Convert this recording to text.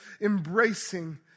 embracing